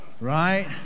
Right